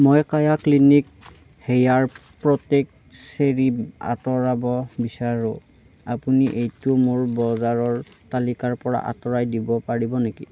মই Kaya clinic hair protect serum আঁতৰাব বিচাৰো আপুনি এইটো মোৰ বজাৰৰ তালিকাৰ পৰা আঁতৰাই দিব পাৰিব নেকি